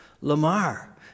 Lamar